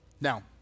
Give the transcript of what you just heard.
Now